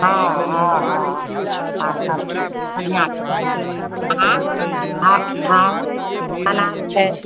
ओ ओ हँ हँ आर बढ़िआँ छै आयँ आबू तलाब छै